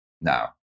Now